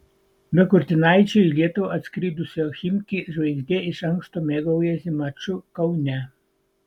be kurtinaičio į lietuvą atskridusio chimki žvaigždė iš anksto mėgaujasi maču kaune